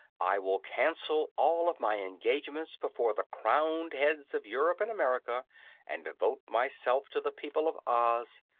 i will cancel all of my engagements before the crowned heads of europe and america and devote myself to the people of oz,